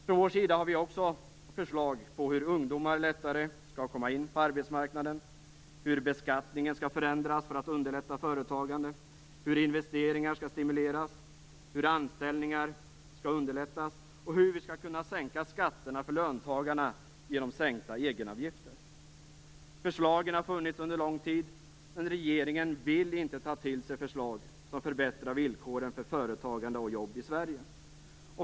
Från vår sida har vi också förslag på hur ungdomar lättare skall komma in på arbetsmarknaden, hur beskattningen skall förändras för att underlätta företagande, hur investeringar skall stimuleras, hur anställningar skall underlättas och hur vi skall kunna sänka skatterna för löntagarna genom sänkta egenavgifter. Förslagen har funnits under lång tid, men regeringen vill inte ta till sig förslag som förbättrar villkoren för företagande och jobb i Sverige.